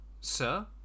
sir